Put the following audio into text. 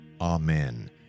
Amen